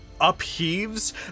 upheaves